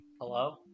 Hello